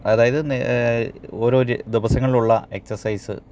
അതായത് ഓരോ ദിവസങ്ങളിലുള്ള എക്സസൈസ്